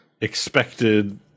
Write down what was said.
expected